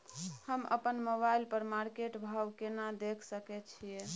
हम अपन मोबाइल पर मार्केट भाव केना देख सकै छिये?